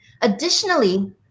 Additionally